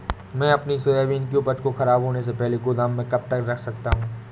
मैं अपनी सोयाबीन की उपज को ख़राब होने से पहले गोदाम में कब तक रख सकता हूँ?